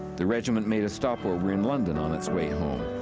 the regiment made a stopover in london on its way home,